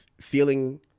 feeling